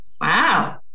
Wow